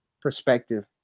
perspective